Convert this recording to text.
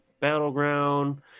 Battleground